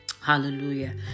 Hallelujah